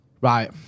Right